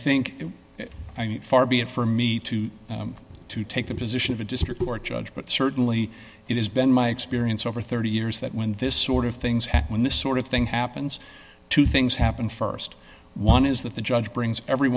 think far be it for me to to take the position of a district court judge but certainly it has been my experience over thirty years that when this sort of things when this sort of thing happens two things happen st one is that the judge brings every